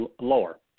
Lower